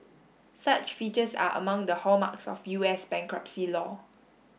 such features are among the hallmarks of U S bankruptcy law